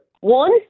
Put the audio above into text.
One